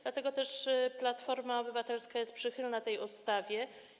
Dlatego też Platforma Obywatelska jest przychylna tej ustawie.